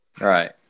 Right